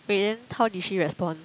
wait then how did she respond